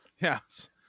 Yes